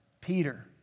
Peter